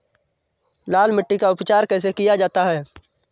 लाल मिट्टी का उपचार कैसे किया जाता है?